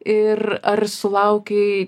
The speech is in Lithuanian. ir ar sulaukei